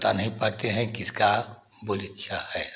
बता नहीं पाते हैं किसका बोली क्या है